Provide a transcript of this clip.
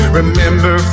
remember